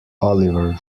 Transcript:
oliver